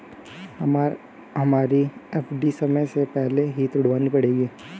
हमें हमारी एफ.डी समय से पहले ही तुड़वानी पड़ेगी